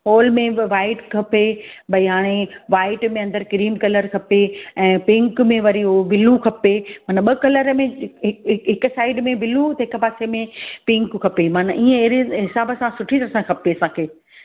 hall में बि white खपे भई हाणे वाइट में अंदरि क्रीम कलर खपे ऐं पिंक में वरी हुओ ब्लू खपे माना ॿ कलर में हिकु हिकु हिकु साइड में ब्लू त हिकु पासे में पिंक खपे माना ईंअ अहिड़े हिसाब सां सुठी तरह सां खपे असांखे